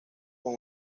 con